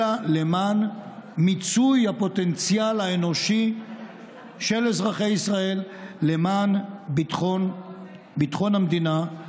אלא למען מיצוי הפוטנציאל האנושי של אזרחי ישראל למען ביטחון המדינה.